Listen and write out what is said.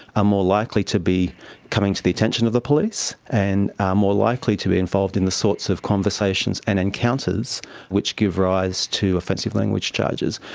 ah more likely to be coming to the attention of the police and are more likely to be involved in the sorts of conversations and encounters which give rise to offensive language charges.